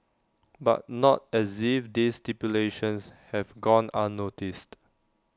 but not as if this stipulations have gone unnoticed